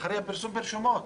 אחרי הפרסום ברשומות.